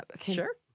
sure